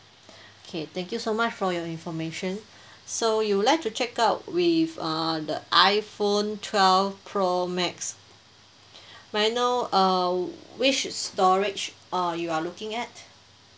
okay thank you so much for your information so you would like to check out with err the iphone twelve pro max may I know uh which storage uh you are looking at